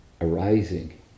arising